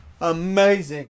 Amazing